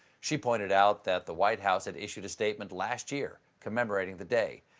she pointed out that the white house had issued a statement last year commemorating the day.